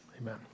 Amen